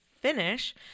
finish